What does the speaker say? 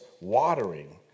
watering